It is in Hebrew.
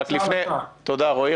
תודה, רועי.